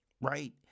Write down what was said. right